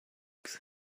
docs